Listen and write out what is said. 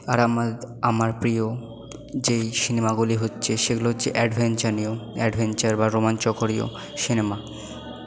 আর আমার প্রিয় যেই সিনেমাগুলি হচ্ছে সেগুলো হচ্ছে অ্যাডভেঞ্চার বা রোমাঞ্চকর সিনেমা